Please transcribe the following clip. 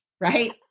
right